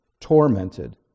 tormented